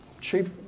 cheap